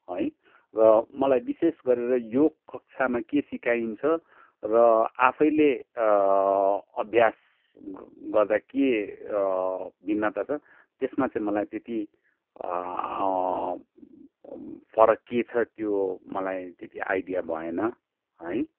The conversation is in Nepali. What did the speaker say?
है र मलाई विशेष गरेर योग कक्षामा के सिकाइन्छ र आफैले अभ्यास गर्दा के भिन्नता छ त्यसमा चाहिँ मलाई त्यति फरक के छ त्यो मलाई त्यति आइडिया भएन है